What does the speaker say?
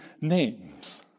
names